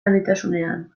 handitasunean